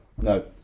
No